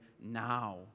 now